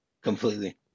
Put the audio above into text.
completely